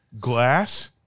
Glass